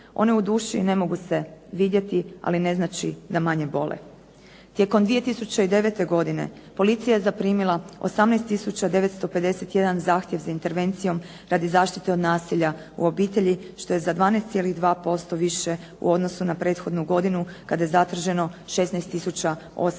One u dušu ne mogu se vidjeti, ali ne znači da manje bole. Tijekom 2009. godine, policija je zaprimila 18 tisuća 951 zahtjev za intervencijom radi zaštite od nasilja u obitelji, što je za 12,2% više u odnosu na prethodnu godinu kada je zatraženo 16